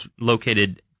located